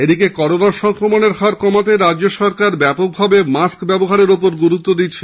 এদিকে করোনা সংক্রমনের হার কমাতে রাজ্য সরকার ব্যাপকভাবে মাস্ক ব্যবহারের ওপর গুরুত্ব দিচ্ছে